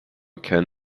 can